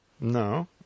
No